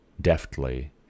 deftly